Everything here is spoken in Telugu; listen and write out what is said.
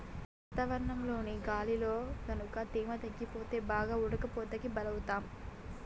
మనం వాతావరణంలోని గాలిలో గనుక తేమ తగ్గిపోతే బాగా ఉడకపోతకి బలౌతాం